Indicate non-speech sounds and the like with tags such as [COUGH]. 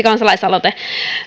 [UNINTELLIGIBLE] kansalaisaloite